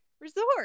resort